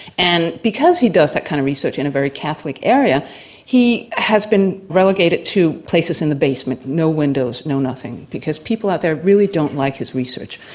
and because he does that kind of research in a very catholic area he has been relegated to places in the basement, no windows, no nothing, because people out there really don't like his research.